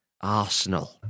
Arsenal